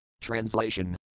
TRANSLATION